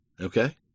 Okay